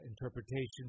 interpretations